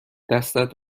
دستت